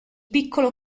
piccolo